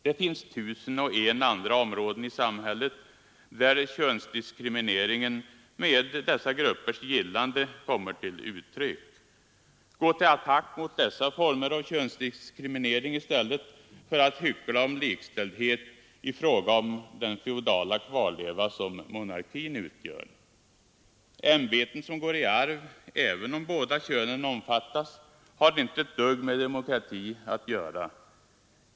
Det finns tusen och ett andra områden i samhället där könsdiskrimineringen, med dessa gruppers gillande, kommer till uttryck. Gå till attack mot dessa former av könsdiskrimine ring i stället för att hyckla om likställdhet i fråga om den feodala kvarleva som monarkin utgör! Ämbeten som går i arv — även om båda könen omfattas — har inte ett dugg med demokrati att göra.